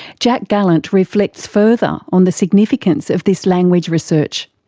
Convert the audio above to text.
jack gallant reflects further on the significance of this language research.